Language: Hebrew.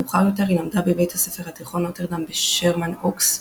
מאוחר יותר היא למדה בבית הספר התיכון נוטרדאם בשרמן אוקס,